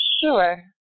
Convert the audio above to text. Sure